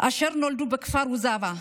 אשר נולדו בכפר וזבה,